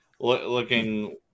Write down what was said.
looking